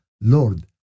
Lord